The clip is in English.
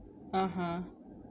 (uh huh)